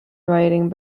writing